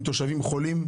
עם תושבים חולים?